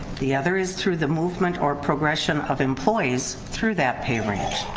the other is through the movement or progression of employees through that pay range.